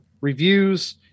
reviews